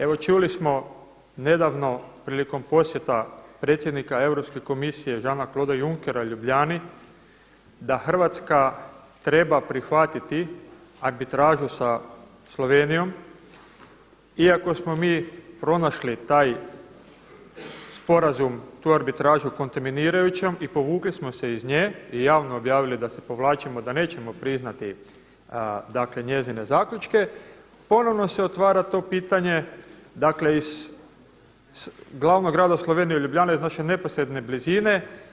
Evo čuli smo nedavno prilikom posjeta predsjednika Europske komisije Jean-Claude Junckera Ljubljani da Hrvatska treba prihvatiti arbitražu sa Slovenijom, iako smo mi pronašli taj sporazum, tu arbitražu kontaminirajućom i povukli smo se iz nje i javno objavili da se povlačimo, da nećemo priznati njezine zaključke, ponovno se otvara to pitanje, dakle, iz glavnog grada Slovenije Ljubljane iz naše neposredne blizine.